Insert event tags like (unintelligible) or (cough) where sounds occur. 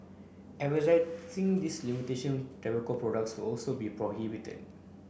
(unintelligible) these imitation tobacco products will also be prohibited